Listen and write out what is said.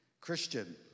Christian